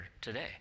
today